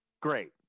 Great